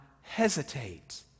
hesitate